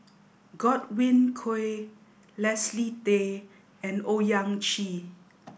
Godwin Koay Leslie Tay and Owyang Chi